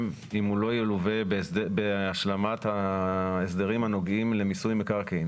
אם הוא לא ילווה בהשלמת ההסדרים הנוגעים למיסוי מקרקעין,